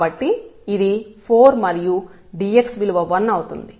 కాబట్టి ఇది 4 మరియు dx విలువ 1 అవుతుంది